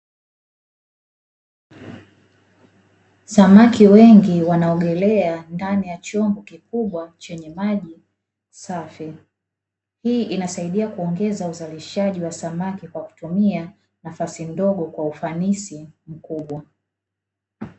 Samaki wengi wanaogelea ndani ya chombo kikubwa chenye maji safi, hii inasaidia kuongeza uzalishaji wa samaki kwa kutumia nafasi ndogo kwa ufanisi mkubwa.